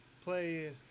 play